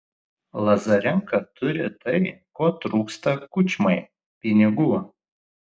lazarenka turi tai ko trūksta kučmai pinigų